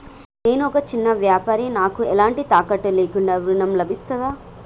నేను ఒక చిన్న వ్యాపారిని నాకు ఎలాంటి తాకట్టు లేకుండా ఋణం లభిస్తదా?